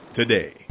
today